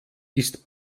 ist